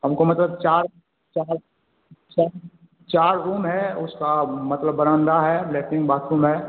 हमको मतलब चार चार चार चार रूम है उसका मतलब बरांडा है लैट्रिन बाथरूम है